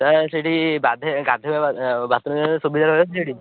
sir ସେଠି ଗାଧେଇବା ସୁବିଧା ରହିଅଛି ସେଠି